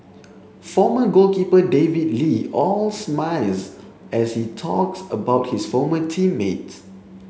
former goalkeeper David Lee all smiles as he talks about his former team mates